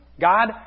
God